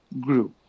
grew